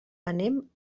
anem